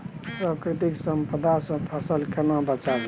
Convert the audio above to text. प्राकृतिक आपदा सं फसल केना बचावी?